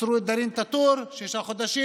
עצרו את דארין טאטור, שישה חודשים,